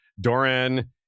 Doran